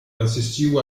assistiu